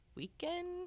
Weekend